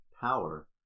power